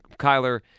Kyler